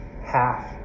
half